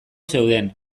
zeuden